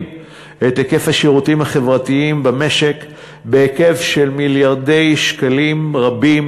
את היקף השירותים החברתיים במשק בהיקף של מיליארדי שקלים רבים.